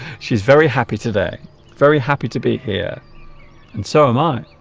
she's very happy today very happy to be here and so am i